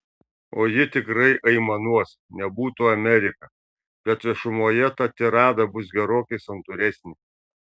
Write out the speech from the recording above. o ji tikrai aimanuos nebūtų amerika bet viešumoje ta tirada bus gerokai santūresnė